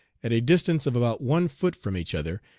at a distance of about one foot from each other,